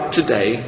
today